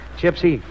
Gypsy